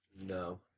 No